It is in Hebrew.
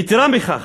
יתרה מכך,